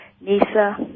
NISA